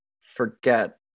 forget